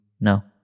No